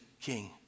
king